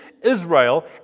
Israel